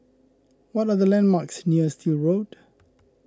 what are the landmarks near Still Road